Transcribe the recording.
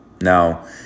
Now